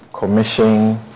Commission